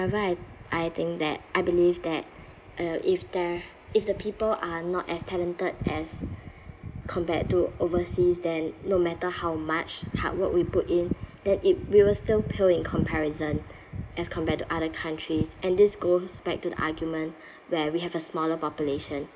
however I I think that I believe that uh if there if the people are not as talented as compared to overseas then no matter how much hard work we put in that it will still pale in comparison as compared to other countries and this goes back to the argument where we have a smaller population